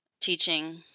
teaching